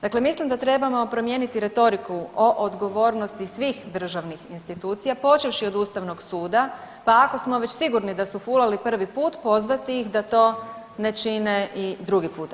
Dakle mislim da trebamo promijeniti retoriku o odgovornosti svih državnih institucija počevši od Ustavnog suda, pa ako smo već sigurni da su fulali prvi put, pozvati ih da to ne čine i drugi put.